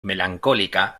melancólica